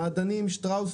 במעדנים שטראוס,